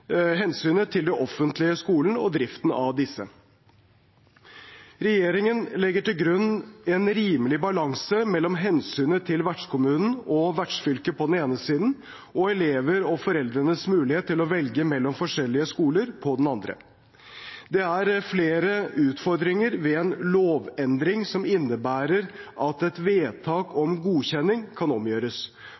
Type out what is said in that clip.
hensynet til den offentlige skolen og driften av disse. Regjeringen legger til grunn en rimelig balanse mellom hensynet til vertskommunen og vertsfylket på den ene siden og elevenes og foreldrenes mulighet til å velge mellom forskjellige skoler på den andre. Det er flere utfordringer ved en lovendring som innebærer at et vedtak om godkjenning kan omgjøres.